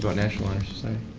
but national honor society?